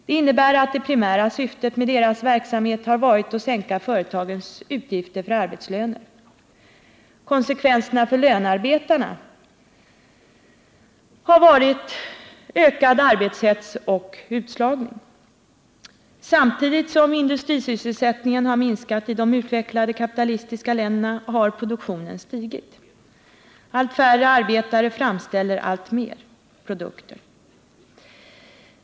Det innebär att det primära syftet med deras verksamhet har varit att sänka företagens utgifter för arbetslöner. Konsekvenserna för lönarbetarna har varit ökad arbetshets och utslagning. Samtidigt som industrisysselsättningen har minskat i de utvecklade kapitalistiska länderna har produktionen stigit. Allt färre arbetare framställer allt fler produkter.